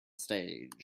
stage